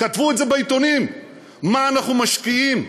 כתבו את זה בעיתונים מה אנחנו משקיעים,